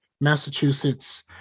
Massachusetts